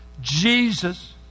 Jesus